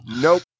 Nope